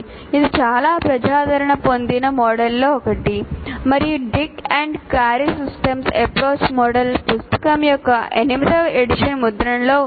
ఇది చాలా ప్రజాదరణ పొందిన మోడళ్లలో ఒకటి మరియు Dick and Carey systems approach model పుస్తకం యొక్క ఎనిమిదవ ఎడిషన్ ముద్రణలో ఉంది